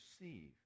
receive